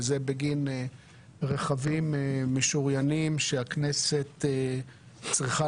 וזה בגין רכבים משוריינים שהכנסת צריכה